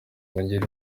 mungire